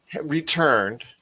returned